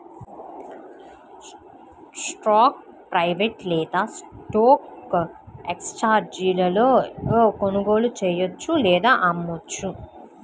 స్టాక్ను ప్రైవేట్గా లేదా స్టాక్ ఎక్స్ఛేంజీలలో కొనుగోలు చెయ్యొచ్చు లేదా అమ్మొచ్చు